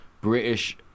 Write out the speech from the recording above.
British